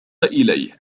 إليه